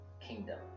kingdom